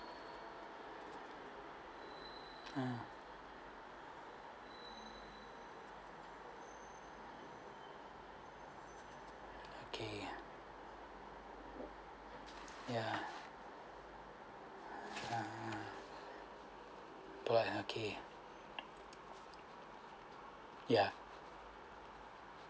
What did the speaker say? mm okay yeah ya right okay ya